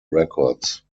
records